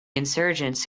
insurgents